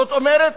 זאת אומרת,